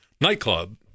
nightclub